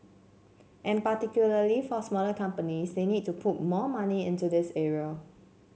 and particularly for smaller companies they need to put more money into this area